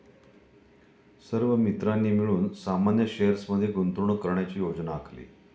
सर्व मित्रांनी मिळून सामान्य शेअर्स मध्ये गुंतवणूक करण्याची योजना आखली